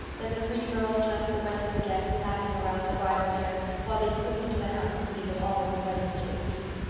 then the three girls left the rest of the guests laughing around the bridal pair while they flew into the house to see that all was in readiness for the feast.